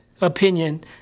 opinion